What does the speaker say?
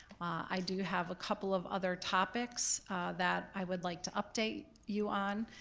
i do have a couple of other topics that i would like to update you on.